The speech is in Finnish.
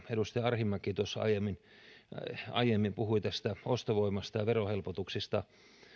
edustaja arhinmäki tuossa aiemmin aiemmin puhui ostovoimasta ja verohelpotuksista